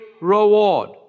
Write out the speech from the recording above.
reward